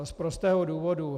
Z prostého důvodu.